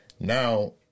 now